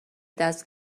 دست